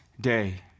day